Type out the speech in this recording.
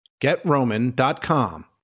getroman.com